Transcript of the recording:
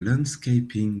landscaping